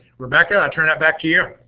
rebecca, i'll turn it back to you.